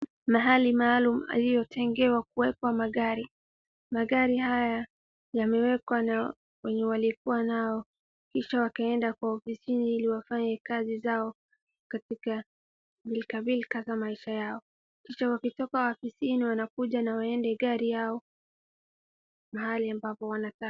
Mahali maalumu yaliotengewa kuwekwa magari. Magari haya yameekwa na wenye walikuwa nao kisha wakaenda kwa ofisini ili wafanye kazi zao katika pilikapilika za maisha yao. Kisha wakitoka ofisini wanakuja waende gari yao mahali ambapo wanataka.